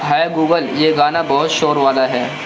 ہائے Google یہ گانا بہت شور والا ہے